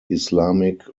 islamic